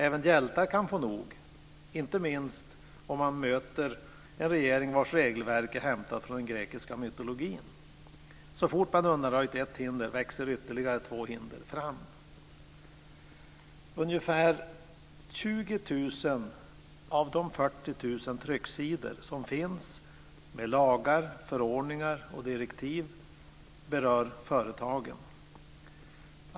Även hjältar kan få nog, inte minst om man möter en regering vars regelverk är hämtat från den grekiska mytologin. Så fort man har undanröjt ett hinder växer ytterligare två hinder fram. Ungefär 20 000 av de 40 000 trycksidor som finns med lagar, förordningar och direktiv berör företagen.